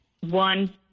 one